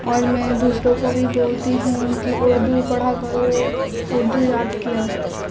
اور میں دوسروں کو بھی بولتی ہوں کہ اردو پڑھا کرو اردو یاد کیا کرو